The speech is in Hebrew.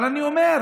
אבל אני אומר,